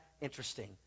interesting